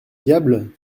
diable